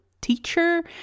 teacher